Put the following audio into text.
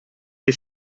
che